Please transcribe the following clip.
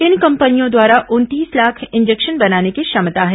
इन कंपनियों द्वारा उनतीस लाख इंजेक्शन बनाने की क्षमता है